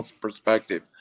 perspective